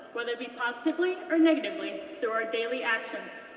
whether it be positively or negatively, through our daily actions.